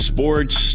Sports